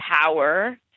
power